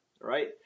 right